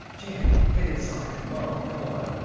jan, get inside. mara, come on.